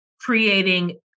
creating